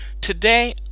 Today